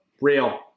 Real